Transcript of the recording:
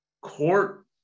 court